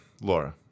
Laura